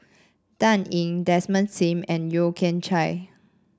Dan Ying Desmond Sim and Yeo Kian Chai